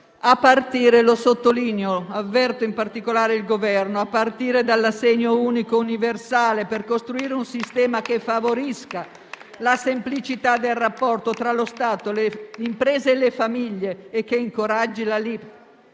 lo sottolineo, rivolgendomi in particolare al Governo - a partire dall'assegno unico universale per costruire un sistema che favorisca la semplicità del rapporto tra lo Stato, le imprese e le famiglie e che incoraggi la